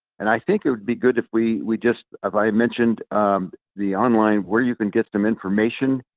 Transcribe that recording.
and i think it would be good if we we just, have i mentioned the online where you can get some information.